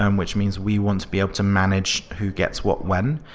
um which means we want to be able to manage who gets what when.